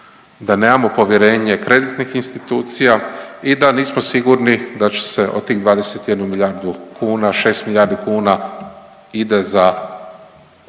da nemamo povjerenje kreditnih institucija i da nismo sigurni da će se od tih 21 milijardu kuna šest milijardi kuna ide za